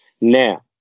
Now